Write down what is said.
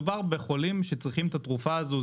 מדובר בחולים שצריכים את התרופה הזו.